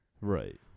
Right